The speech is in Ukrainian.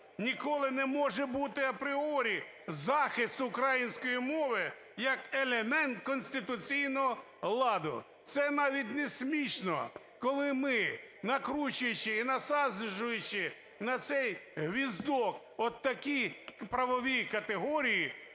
Ніколи не може бути апріорі захист української мови як елемент конституційного ладу. Це навіть не смішно, коли ми, накручуючи і насаджуючи на цей гвіздок отакі правові категорії,